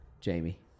Jamie